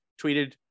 tweeted